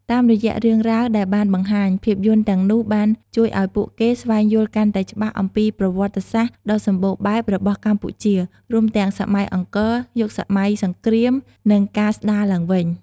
តាមរយៈរឿងរ៉ាវដែលបានបង្ហាញ ភាពយន្តទាំងនោះបាន ជួយឱ្យពួកគេស្វែងយល់កាន់តែច្បាស់អំពីប្រវត្តិសាស្ត្រ ដ៏សម្បូរបែបរបស់កម្ពុជា រួមទាំងសម័យអង្គរ យុគសម័យសង្គ្រាម និងការស្ដារឡើងវិញ។